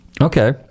Okay